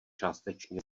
částečně